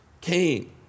Cain